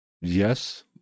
yes